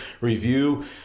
review